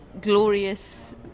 glorious